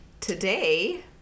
Today